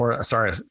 Sorry